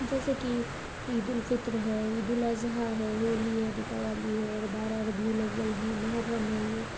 جیسے کہ عید الفطر ہے عید الاضحیٰ ہے ہولی ہے دیپاولی ہے اور بارہ ربیع الاول ہے محرم ہے یہ